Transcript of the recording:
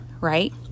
right